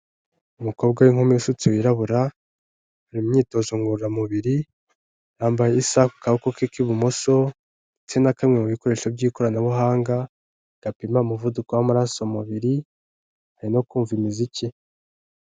Umukobwa w'inkumi isutsi wirabura, ari mu myitozo ngororamubiri, yambaye isaha ku kaboko ke k'ibumoso, ndetse na kamwe mu bikoresho by'ikoranabuhanga gapima umuvuduko w'amaraso mu mubiri, ari no kumva imiziki.